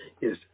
Yes